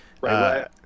Right